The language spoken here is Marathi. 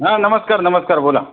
हां नमस्कार नमस्कार बोला